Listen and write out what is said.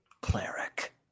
cleric